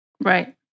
Right